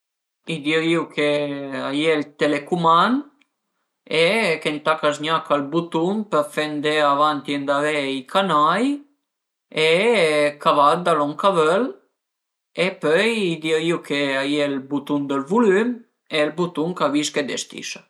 I dirìu ch'a ie ël telecumand e ch'ëntà ch'a zgnaca ël butun për fe andé avanti e andré i canai e ch'a varda lon ch'a völ e pöi i dirìu ch'a ie ël butun dël vulül e ël butun ch'avisca e destisa